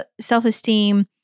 Self-esteem